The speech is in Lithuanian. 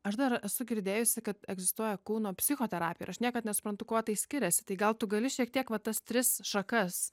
aš dar esu girdėjusi kad egzistuoja kūno psichoterapija ir aš niekad nesuprantu kuo tai skiriasi tai gal tu gali šiek tiek vat tas tris šakas